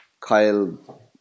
Kyle